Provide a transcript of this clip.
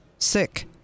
sick